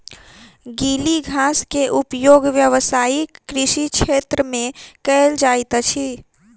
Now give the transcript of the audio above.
गीली घास के उपयोग व्यावसायिक कृषि क्षेत्र में कयल जाइत अछि